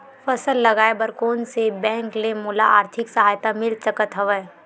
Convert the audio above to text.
फसल लगाये बर कोन से बैंक ले मोला आर्थिक सहायता मिल सकत हवय?